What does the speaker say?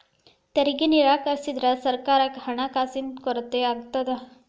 ತೆರಿಗೆ ನಿರಾಕರಿಸಿದ್ರ ಸರ್ಕಾರಕ್ಕ ಹಣಕಾಸಿನ ಕೊರತೆ ಆಗತ್ತಾ